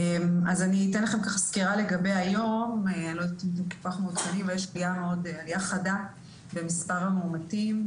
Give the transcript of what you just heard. אז אתן לכם סקירה לגבי היום יש עלייה חדה במספר המאומתים.